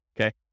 Okay